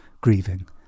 grieving